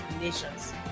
nations